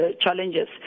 challenges